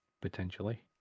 Potentially